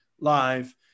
live